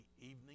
evening